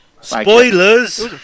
Spoilers